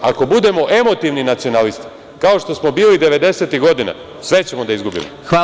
Ako budemo emotivni nacionalisti, kao što smo bili devedesetih godina, sve ćemo da izgubimo.